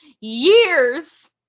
years